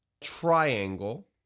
triangle